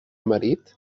marit